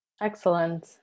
Excellent